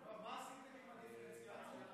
עשיתם עם הדיפרנציאציה,